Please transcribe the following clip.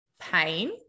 pain